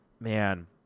man